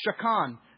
shakan